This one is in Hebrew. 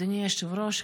אדוני היושב-ראש,